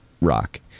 rock